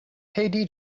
hey